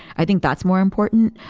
i think that's more important.